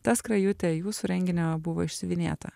ta skrajutė jūsų renginio buvo išsiuvinėta